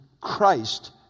Christ